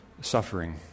suffering